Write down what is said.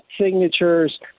signatures